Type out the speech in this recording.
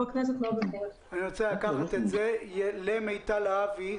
אני רוצה לקחת את זה למיטל להבי,